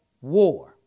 war